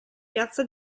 piazza